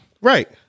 Right